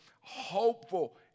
hopeful